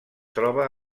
troba